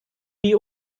die